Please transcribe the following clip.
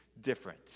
different